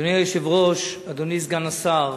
אדוני היושב-ראש, אדוני סגן השר,